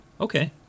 Okay